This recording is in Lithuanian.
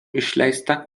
išleista